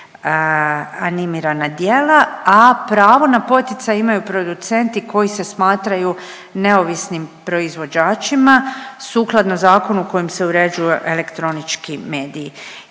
animirana djela, a pravo na poticaj imaju producenti koji se smatraju neovisnim proizvođačima sukladno zakonu kojim se uređuje elektronički mediji.